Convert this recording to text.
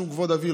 משום כבוד אבי,